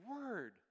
word